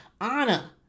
Anna